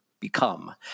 become